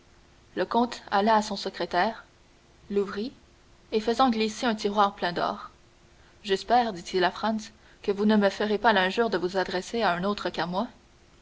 le comte alla à son secrétaire l'ouvrit et faisant glisser un tiroir plein d'or j'espère dit-il à franz que vous ne me ferez pas l'injure de vous adresser à un autre qu'à moi